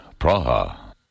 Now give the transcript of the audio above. Praha